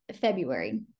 February